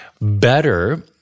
Better